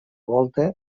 volta